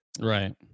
Right